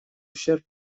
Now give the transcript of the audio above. ущерб